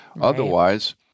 otherwise